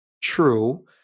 True